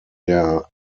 der